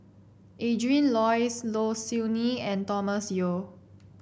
Adrin Loi Low Siew Nghee and Thomas Yeo